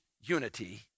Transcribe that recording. unity